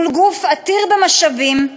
מול גוף עתיר משאבים,